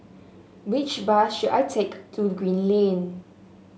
which bus should I take to Green Lane